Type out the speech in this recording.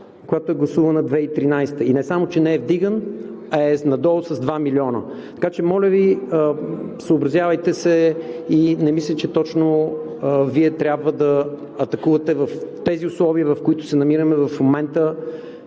когато е гласувано 2013 г., и не само че не е вдиган, а е надолу с 2 милиона. Така че, моля Ви, съобразявайте се и не мисля, че точно Вие трябва да атакувате в тези условия, в които се намираме в момента,